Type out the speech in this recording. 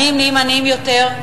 העניים נהיים עניים יותר,